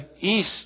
east